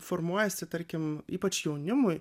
formuojasi tarkim ypač jaunimui